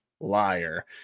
Liar